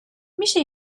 میشه